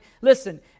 listen